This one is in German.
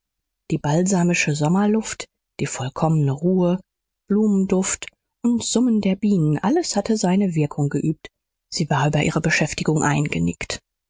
die balsamische sommerluft die vollkommene ruhe blumenduft und summen der bienen alles hatte seine wirkung geübt sie war über ihrer beschäftigung eingenickt